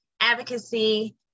advocacy